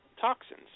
toxins